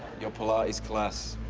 your pilates class.